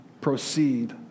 proceed